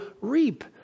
reap